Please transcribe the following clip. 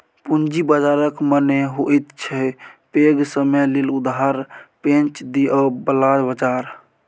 पूंजी बाजारक मने होइत छै पैघ समय लेल उधार पैंच दिअ बला बजार